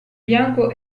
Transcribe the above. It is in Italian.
bianco